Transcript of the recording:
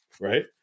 right